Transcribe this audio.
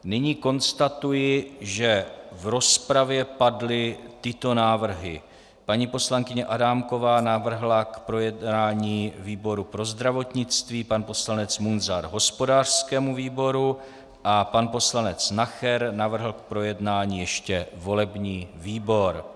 Nyní konstatuji, že v rozpravě padly tyto návrhy: paní poslankyně Adámková navrhla k projednání výboru pro zdravotnictví, pan poslanec Munzar hospodářskému výboru a pan poslanec Nacher navrhl k projednání ještě volební výbor.